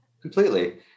Completely